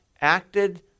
acted